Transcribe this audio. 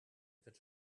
bit